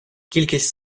кількість